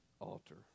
altar